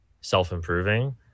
self-improving